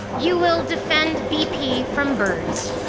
you will defend bp from birds.